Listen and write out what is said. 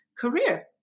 career